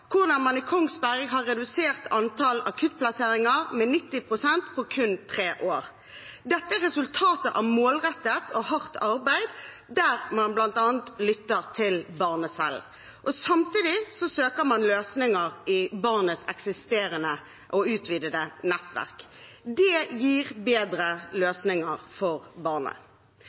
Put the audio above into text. man i Kongsberg har redusert antallet akuttplasseringer med 90 pst. på kun tre år. Dette er resultatet av målrettet og hardt arbeid der man bl.a. lytter til barnet selv. Samtidig søker man løsninger i barnets eksisterende og utvidede nettverk. Det gir bedre løsninger for barnet.